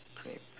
grape